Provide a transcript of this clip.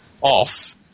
off